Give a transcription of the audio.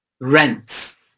rents